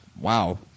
wow